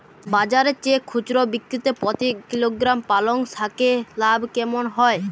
বাজারের চেয়ে খুচরো বিক্রিতে প্রতি কিলোগ্রাম পালং শাকে লাভ কেমন হয়?